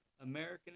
American